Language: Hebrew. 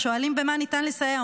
שואלים במה ניתן לסייע.